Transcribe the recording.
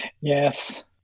Yes